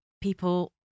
people